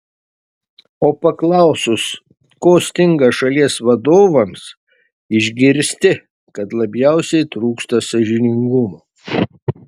o paklausus ko stinga šalies vadovams išgirsti kad labiausiai trūksta sąžiningumo